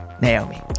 Naomi